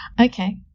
Okay